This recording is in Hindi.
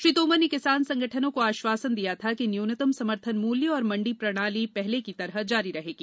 श्री तोमर ने किसान संगठनों को आश्वासन दिया था कि न्यूनतम समर्थन मूल्य् और मंडी प्रणाली पहले की तरह जारी रहेगी